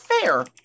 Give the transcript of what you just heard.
fair